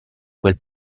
quel